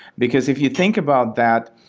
because if you think about that,